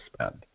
spend